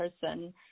person